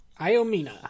Iomina